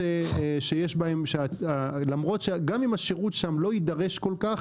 שגם אם השירות שם לא יידרש כל כך,